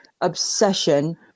obsession